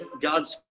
God's